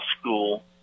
school